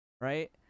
right